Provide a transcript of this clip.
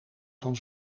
van